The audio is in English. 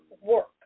work